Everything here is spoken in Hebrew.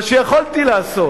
מה שיכולתי לעשות.